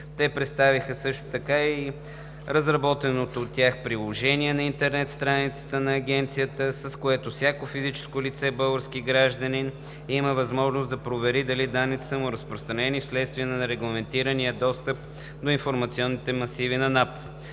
Те представиха също така и разработеното от тях приложение на интернет страницата на Агенцията, с което всяко физическо лице – български гражданин, има възможност да провери дали данните му са разпространени вследствие на нерегламентирания достъп до информационните масиви на НАП.